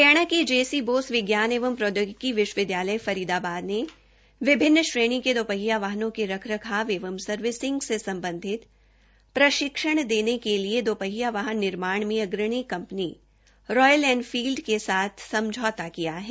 हरियाणा के जेसी बोस विज्ञान एवं प्रौद्योगिकी विश्वविद्यालय फरीदाबाद ने विभिन्न श्रेणी के दोपहिया वाहनों के रखरखाव एवं सर्विसिंग से संबंधित प्रशिक्षण देने के लिए दृपहिया वाहन निर्माण में अग्रणी कंपनी रॉयल एनफील्ड के साथ समझौता किया है